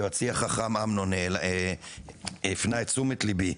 יועצי החכם אמנון הפנה את תשומת ליבי,